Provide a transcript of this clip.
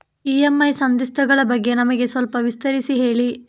EMI ಸಂಧಿಸ್ತ ಗಳ ಬಗ್ಗೆ ನಮಗೆ ಸ್ವಲ್ಪ ವಿಸ್ತರಿಸಿ ಹೇಳಿ